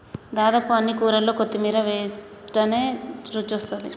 దాదాపు అన్ని కూరల్లో కొత్తిమీర వేస్టనే రుచొస్తాది